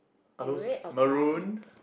are those maroon